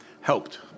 helped